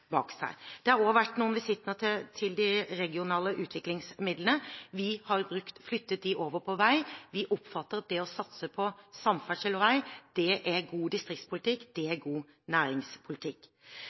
bak seg. Det har også vært noen visitter til de regionale utviklingsmidlene. Vi har flyttet dem over på vei. Vi oppfatter det slik at det å satse på samferdsel og vei er god distriktspolitikk